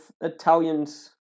Italians